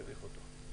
מביך אותו.